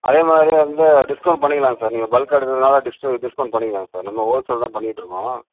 அதே மாதிரி வந்து டிஸ்கவுண்ட் பண்ணிக்கலாங்க சார் நீங்கள் பல்க்காக எடுக்கிறனால டிஸ் டிஸ்கவுண்ட் பண்ணிக்கலாங்க சார் நம்ம ஹோல்சேல் தான் பண்ணிகிட்டுருக்கோம்